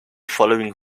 following